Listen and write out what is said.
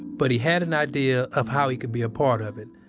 but he had an idea of how he could be a part of it.